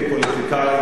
כפוליטיקאי,